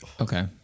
Okay